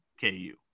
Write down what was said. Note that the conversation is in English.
KU